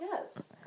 yes